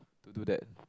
to do that